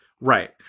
Right